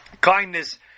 kindness